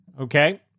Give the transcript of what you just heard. Okay